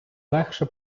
легше